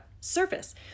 surface